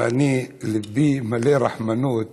וליבי מלא רחמנות